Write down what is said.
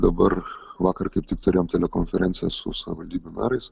dabar vakar kaip tik turėjom telekonferenciją su savivaldybių merais